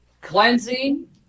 cleansing